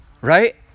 Right